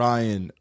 Ryan